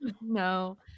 No